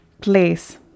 place